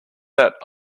that